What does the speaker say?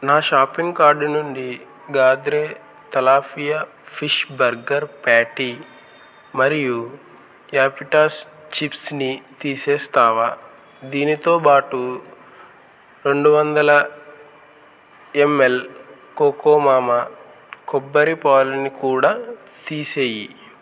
నా shopping cart నుండి Gadre tilapia fish burger patty మరియు యాపిటాస్ చిప్స్ని తీసేస్తావా దీనితోబాటు రెండు వందలు ఎంఎల్ కోకోమామా కొబ్బరి పాలుని కూడా తీసేయి